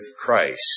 Christ